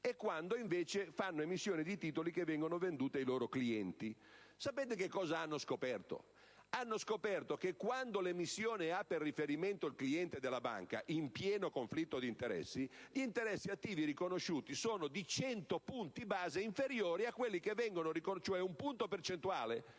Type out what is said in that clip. e quando invece fanno emissione di titoli che vengono venduti ai loro clienti. Sapete cosa hanno scoperto? Hanno scoperto che quando l'emissione ha per riferimento il cliente della banca, in pieno conflitto di interessi, gli interessi attivi riconosciuti sono di un punto percentuale in meno (con il livello dei tassi